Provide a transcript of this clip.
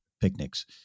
picnics